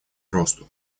росту